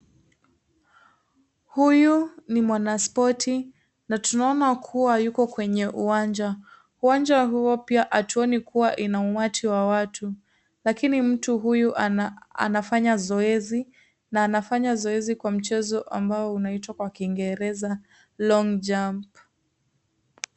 Huyu ni mwanaspoti na tunaona kuwa yuko kwenye uwanja. Uwanja huo pia hatuoni kuwa ina umati wa watu. Lakini mtu huyu anafanya zoezi, na anafanya zoezi kwa mchezo ambao unaitwa kwa kingereza, Long jump .